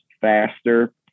faster